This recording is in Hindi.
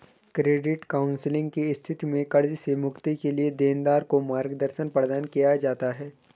क्रेडिट काउंसलिंग की स्थिति में कर्ज से मुक्ति के लिए देनदार को मार्गदर्शन प्रदान किया जाता है